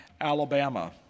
Alabama